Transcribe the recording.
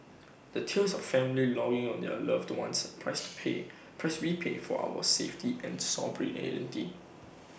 the tears of family longing of their loved ones price pay price we pay for our safety and sovereignty